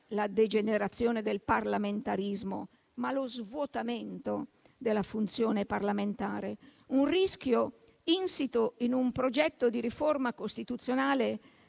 la degenerazione del parlamentarismo, ma lo svuotamento della funzione parlamentare, un rischio insito in un progetto di riforma costituzionale